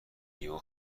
یهو